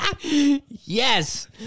Yes